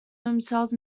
themselves